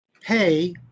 pay